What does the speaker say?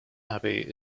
abbey